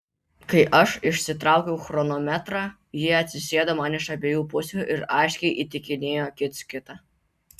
kai aš išsitraukiau chronometrą jie atsisėdo man iš abiejų pusių ir aiškiai įtikinėjo kits kitą